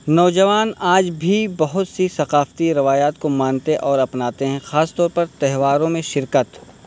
نوجوان آج بھی بہت سی ثقافتی روایات کو مانتے اور اپناتے ہیں خاص طور پر تہواروں میں شرکت